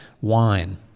wine